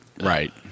right